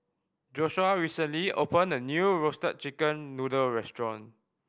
Joshua recently opened a new Roasted Chicken Noodle restaurant